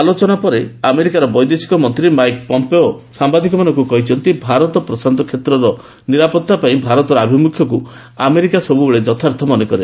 ଆଲୋଚନା ପରେ ଆମେରିକାର ବୈଦେଶିକ ମନ୍ତ୍ରୀ ମାଇକ୍ ପମ୍ପେଓ ସାମ୍ବାଦିକମାନଙ୍କୁ କହିଛନ୍ତି ଭାରତ ପ୍ରଶାନ୍ତ କ୍ଷେତ୍ରର ନିରାପତ୍ତା ପାଇଁ ଭାରତର ଆଭିମୁଖ୍ୟକୁ ଆମେରିକା ସବୁବେଳେ ଯଥାର୍ଥ ମନେକରେ